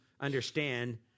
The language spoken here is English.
understand